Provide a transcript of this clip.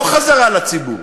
לא חזרה לציבור,